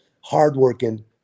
hardworking